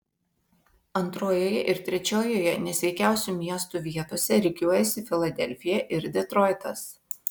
antrojoje ir trečiojoje nesveikiausių miestų vietose rikiuojasi filadelfija ir detroitas